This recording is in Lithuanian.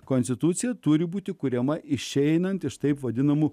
konstitucija turi būti kuriama išeinant iš taip vadinamų